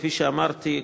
כפי שאמרתי,